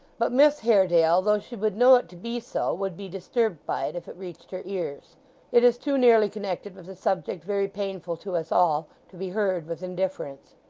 but miss haredale, though she would know it to be so, would be disturbed by it if it reached her ears it is too nearly connected with a subject very painful to us all, to be heard with indifference.